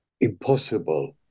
impossible